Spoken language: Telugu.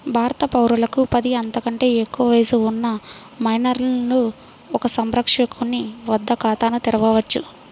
భారత పౌరులకు పది, అంతకంటే ఎక్కువ వయస్సు ఉన్న మైనర్లు ఒక సంరక్షకుని వద్ద ఖాతాను తెరవవచ్చు